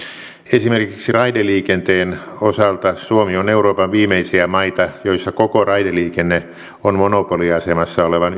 esimerkiksi raideliikenteen osalta suomi on euroopan viimeisiä maita joissa koko raideliikenne on monopoliasemassa olevan